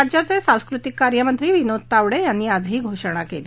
राज्याचे सांस्कृतिक कार्यमंत्री विनोद तावडे यांनी आज ही घोषणा केली